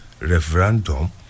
referendum